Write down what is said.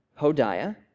Hodiah